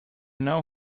know